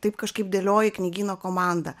taip kažkaip dėlioji knygyno komandą